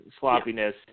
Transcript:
sloppiness